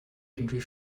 irgendwie